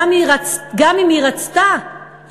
גם אם היא רצתה,